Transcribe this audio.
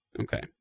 Okay